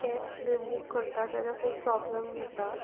cabs बी book करता तेन्ना खूब प्रोब्लम जाता